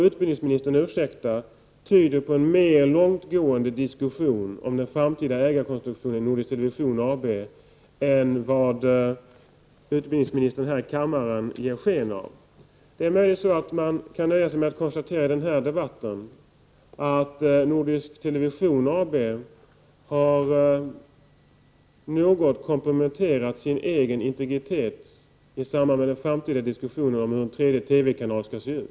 Utbildningsministern må ursäkta, men detta tyder på en mer långtgående diskussion om den framtida ägarkonstruktionen i Nordisk Television AB än vad utbildningsministern här i kammaren ger sken av. Det är möjligen så att det går att konstatera i denna debatt att Nordisk Television AB har något komprometterat sin egen integritet i samband med den framtida diskussionen om hur en tredje TV-kanal 'skall se ut.